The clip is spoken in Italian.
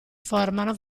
formano